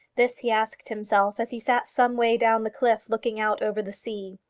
this he asked himself as he sat some way down the cliff, looking out over the sea.